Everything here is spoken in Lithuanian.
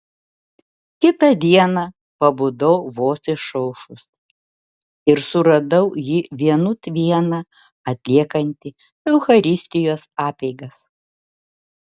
kitą dieną pabudau vos išaušus ir suradau jį vienut vieną atliekantį eucharistijos apeigas